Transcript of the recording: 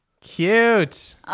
cute